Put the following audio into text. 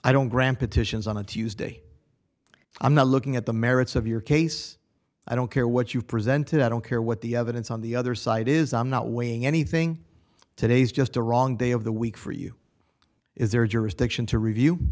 i don't grant petitions on a tuesday i'm not looking at the merits of your case i don't care what you presented i don't care what the evidence on the other side is i'm not weighing anything today's just the wrong day of the week for you is there jurisdiction to review